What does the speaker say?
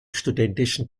studentischen